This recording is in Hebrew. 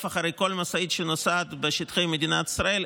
אחרי כל משאית שנוסעת בשטחי מדינת ישראל,